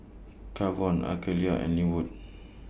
Kavon Akeelah and Lynwood